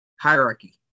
hierarchy